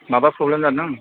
माबा फ्रब्लेम जादों